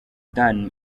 dan